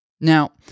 Now